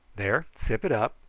there, sip it up.